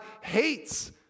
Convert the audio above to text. hates